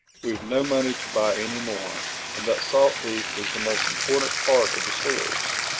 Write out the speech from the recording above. we've no money to buy any more and that salt beef was the most important part of the stores.